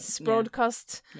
broadcast